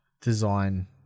design